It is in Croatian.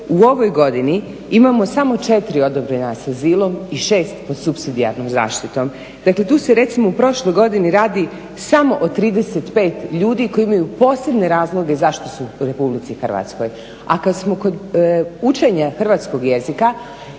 u ovoj godini imamo samo 4 odobrena s azilom i 6 pod supsidijarnom zaštitom. Dakle tu se recimo u prošloj godini radi samo o 35 ljudi koji imaju posebne razloge zašto su u Republici Hrvatskoj. A kad smo kod učenja hrvatskog jezika